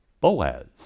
Boaz